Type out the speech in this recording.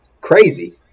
crazy